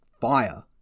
fire